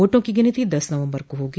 वोटों की गिनती दस नवम्बर को होगी